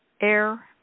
air